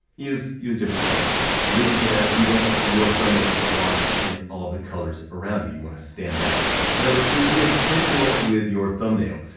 use use different colors. the reason for that is you don't want your thumbnail to get lost in all of the colors around you, you wanna stand out. number two, be intentional with your thumbnail.